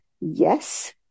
Yes